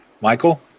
Michael